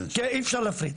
כן, אי אפשר להפריד.